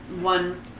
one